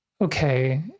okay